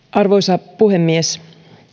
arvoisa puhemies